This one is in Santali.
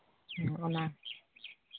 ᱚᱱᱟ